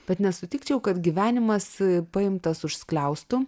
bet nesutikčiau kad gyvenimas paimtas už skliaustų